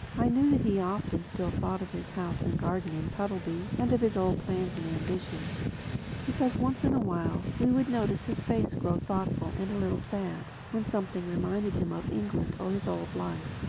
i knew that he often still thought of his house and garden in puddleby and of his old plans and ambitions because once in a while we would notice his face grow thoughtful and a little sad, when something reminded him of england or his old life.